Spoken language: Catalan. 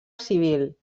civil